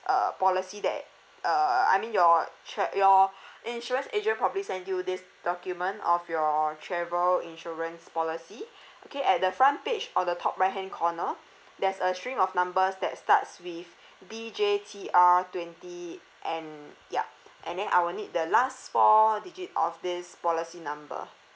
uh policy that uh I mean your tra~ your insurance agent probably send you this document of your travel insurance policy okay at the front page or the top right hand corner there's a string of numbers that starts with D J T R twenty and ya and then I will need the last four digit of this policy number